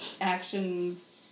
actions